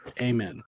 Amen